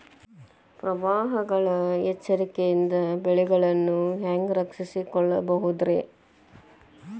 ಪ್ರವಾಹಗಳ ಎಚ್ಚರಿಕೆಯಿಂದ ಬೆಳೆಗಳನ್ನ ಹ್ಯಾಂಗ ರಕ್ಷಿಸಿಕೊಳ್ಳಬಹುದುರೇ?